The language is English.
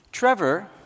Trevor